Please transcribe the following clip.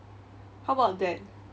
how about that